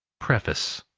preface